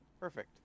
Perfect